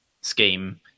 scheme